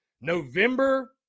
November